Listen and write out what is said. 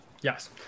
Yes